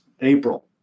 April